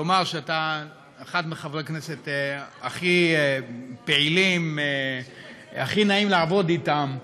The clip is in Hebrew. לומר שאתה אחד מחברי הכנסת הכי פעילים שהכי נעים לעבוד אתם.